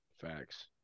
Facts